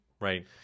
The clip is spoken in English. Right